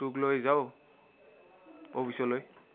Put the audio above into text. তোক লৈ যাওঁ অফিচলৈ